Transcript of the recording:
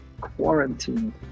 quarantine